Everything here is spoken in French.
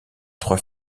trois